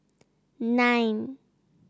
nine